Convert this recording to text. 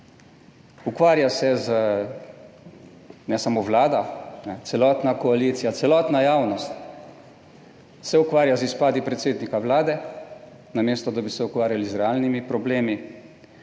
Ukvarja se z, ne samo Vlada, celotna koalicija, celotna javnost se ukvarja z izpadi predsednika Vlade, namesto da bi se ukvarjali z realnimi problemi.